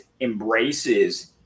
embraces